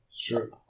Sure